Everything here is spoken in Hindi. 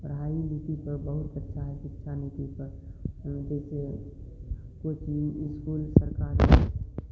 पढ़ाई नीति तो बहुत अच्छा है शिक्षा नीति तो कोचिंग इस्कूल सरकार